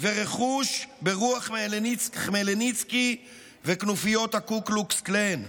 ורכוש ברוח חמלניצקי וכנופיות הקו קלוקס קלאן.